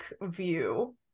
view